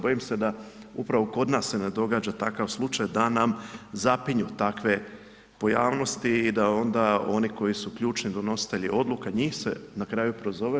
Bojim se da upravo kod nas se ne događa takav slučaj da nam zapinju takve pojavnosti i da onda oni koji su ključni donositelji odluka njih se na kraju prozove.